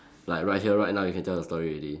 like right here right now you can tell your story already